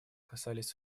касались